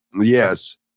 Yes